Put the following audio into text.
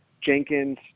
Jenkins